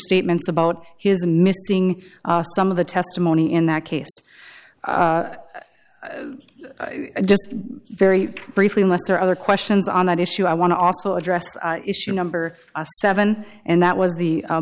statements about his missing some of the testimony in that case just very briefly muster other questions on that issue i want to also address the issue number seven and that was the